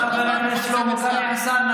תודה לחבר הכנסת שלמה קרעי.